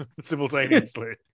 simultaneously